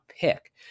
pick